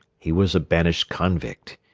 he was a banished convict.